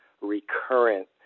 recurrent